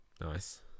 Nice